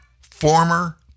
Former